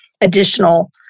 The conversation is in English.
additional